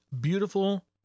beautiful